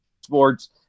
sports